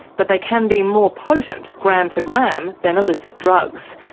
but they can be more potent, gram for gram, than illicit drugs,